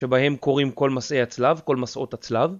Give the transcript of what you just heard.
שבהם קוראים כל מסעי הצלב, כל מסעות הצלב.